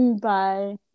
Bye